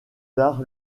tard